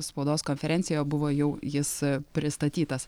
spaudos konferencijoje buvo jau jis pristatytas